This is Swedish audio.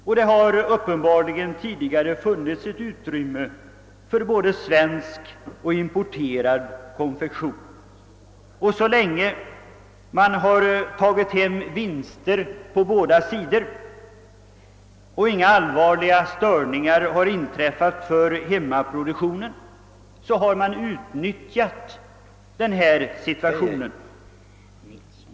Och det har uppenbarligen tidigare funnits ett utrymme för både svensk och importerad konfektion. Så länge man tagit hem vinster på båda sidor och inga allvarliga störningar inträffat för hemmaproduktionen har man utnyttjat situationen.